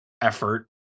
effort